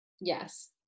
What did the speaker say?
yes